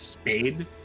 Spade